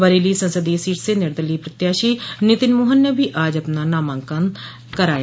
बरेली संसदीय सीट से निर्दलीय प्रत्याशी नितिन मोहन ने भी आज अपना नामांकन कराया